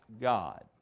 god